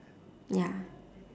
ya